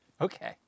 Okay